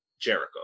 Jericho